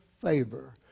favor